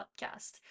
podcast